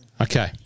Okay